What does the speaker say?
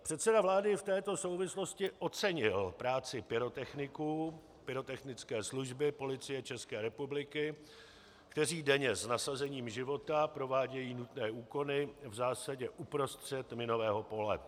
Předseda vlády v této souvislosti ocenil práci pyrotechniků, pyrotechnické služby Policie České republiky, kteří denně s nasazením života provádějí nutné úkony v zásadě uprostřed minového pole.